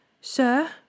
Sir